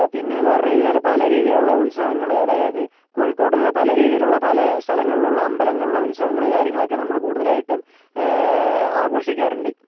പിന്നെയെന്ന് പറഞ്ഞു കഴിഞ്ഞാൽ പല രീതിയിലുള്ള ഉത്സവങ്ങൾ അതായതു കോഴിക്കോടുള്ള പല രീതിയിലുള്ള പല സ്ഥലങ്ങളിലുള്ള അമ്പലങ്ങളിലെ ഉത്സവങ്ങൾ കാര്യങ്ങളൊക്കെ നമ്മൾ കൂടുതലായിട്ടും ആഘോഷിക്കാറുണ്ട്